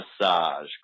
massage